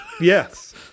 yes